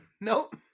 Nope